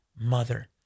mother